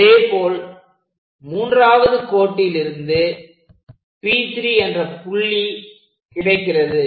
அதேபோல் மூன்றாவது கோட்டிலிருந்து P3 என்ற புள்ளி கிடைக்கிறது